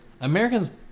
americans